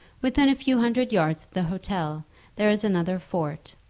within a few hundred yards of the hotel there is another fort,